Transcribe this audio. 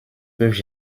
peuvent